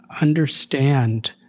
understand